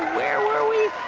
where were we?